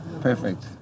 perfect